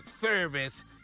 service